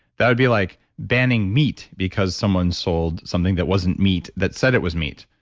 that would be like banning meat because someone sold something that wasn't meat that said it was meat.